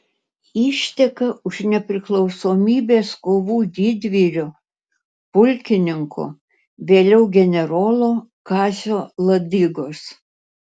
išteka už nepriklausomybės kovų didvyrio pulkininko vėliau generolo kazio ladigos